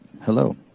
Hello